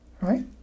right